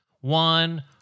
One